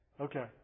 Okay